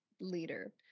leader